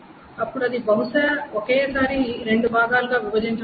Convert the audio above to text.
అప్పుడు అది బహుశా ఒకేసారి రెండు భాగాలుగా విభజించవచ్చు